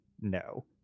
No